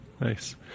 Nice